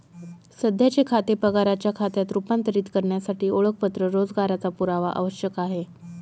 सध्याचे खाते पगाराच्या खात्यात रूपांतरित करण्यासाठी ओळखपत्र रोजगाराचा पुरावा आवश्यक आहे